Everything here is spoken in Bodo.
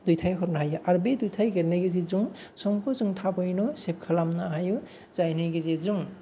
दैथाय हरनो हायो आरो बे दैथाय हरनाय गेजेरजों समखौ जों थाबैनो सेब खालामनो हायो जायनि गेजेरजों